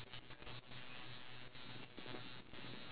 the next day wake up at eight